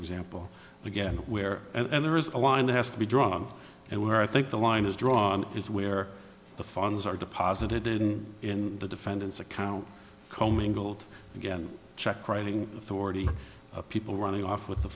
example again where and there is a line that has to be drawn and where i think the line is drawn is where the funds are deposited in in the defendant's account commingled again check writing authority of people running off with the